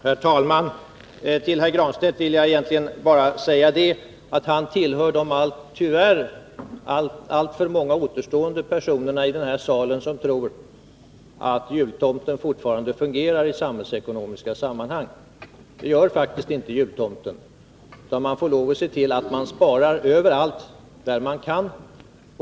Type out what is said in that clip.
Herr talman! Till Pär Granstedt vill jag egentligen bara säga att han tyvärr tillhör de alltför många personerna i den här salen som tror att jultomten fortfarande fungerar i samhällsekonomiska sammanhang. Så är faktiskt inte fallet. Man måste spara överallt där man kan.